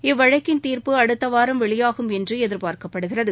இவ்வழக்கின் தீர்ப்பு அடுத்தவாரம் வெளியாகும் என்று எதிர்பார்க்கப்படுகிறது